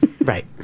Right